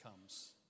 comes